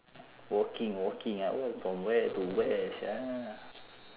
walking walking ah walk from where to where sia